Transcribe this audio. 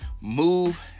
move